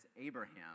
Abraham